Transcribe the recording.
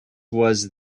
was